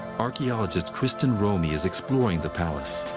archaeologist kristin romey is exploring the palace.